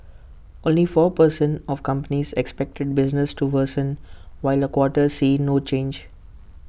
only four per cent of companies expected business to worsen while A quarter see no change